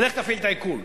תלך תפעיל את העיקול.